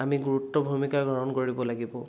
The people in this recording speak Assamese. আমি গুৰুত্ব ভূমিকা গ্ৰহণ কৰিব লাগিব